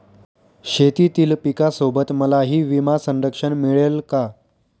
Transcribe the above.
शेतीतील पिकासोबत मलाही विमा संरक्षण मिळेल का?